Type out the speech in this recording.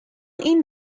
این